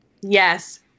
Yes